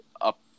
up